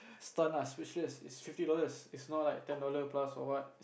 stun lah speechless it's fifty dollars it's not like ten dollar plus or what